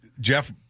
Jeff